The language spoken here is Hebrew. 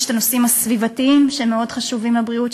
ויש את הנושאים הסביבתיים שמאוד חשובים לבריאות,